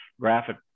graphic